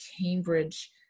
Cambridge